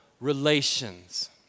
relations